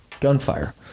gunfire